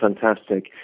fantastic